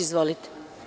Izvolite.